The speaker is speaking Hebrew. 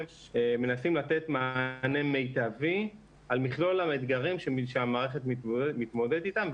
מנסים לתת מענה מיטבי על מכלול האתגרים שהמערכת מתמודדת איתם,